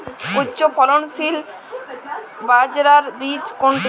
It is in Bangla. উচ্চফলনশীল বাজরার বীজ কোনটি?